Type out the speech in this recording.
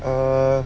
err